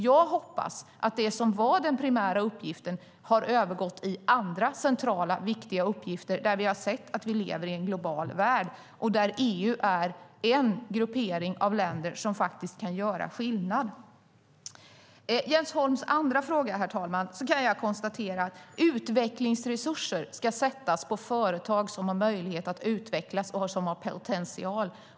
Jag hoppas att det som var den primära uppgiften har övergått i andra centrala och viktiga uppgifter, där vi har sett att vi lever i en global värld och där EU är en gruppering av länder som faktiskt kan göra skillnad. Utifrån Jens Holm andra fråga, herr talman, kan jag konstatera att utvecklingsresurser ska satsas på företag som har möjlighet att utvecklas och som har potential.